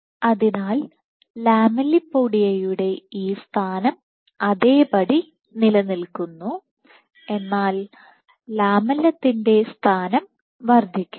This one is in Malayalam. അതിനാൽ ലൊമെല്ലിപ്പോഡിയയുടെ ഈ സ്ഥാനം അതേപടി നിലനിൽക്കുന്നു എന്നാൽ ലാമെല്ലത്തിന്റെസ്ഥാനം വർദ്ധിക്കുന്നു